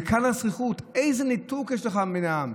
וכאן, הזחיחות, איזה ניתוק יש לך מן העם?